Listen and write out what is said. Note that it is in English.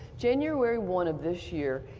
january one of this year,